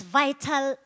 vital